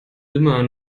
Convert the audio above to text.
immer